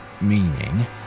Meaning